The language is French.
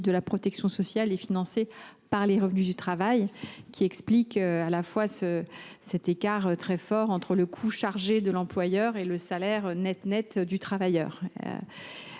de la protection sociale est financée par les revenus du travail, ce qui explique l’écart très fort entre le coût chargé de l’employeur et le salaire « net net » du travailleur.